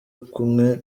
kumwe